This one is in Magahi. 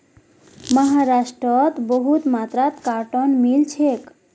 महाराष्ट्रत बहुत मात्रात कॉटन मिल छेक